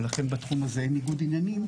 ולכן בתחום הזה אין ניגוד עניינים,